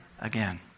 again